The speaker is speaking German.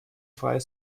freie